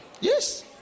Yes